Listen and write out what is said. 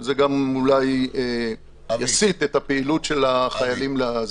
זה גם אולי מסיט את הפעילות של החיילים.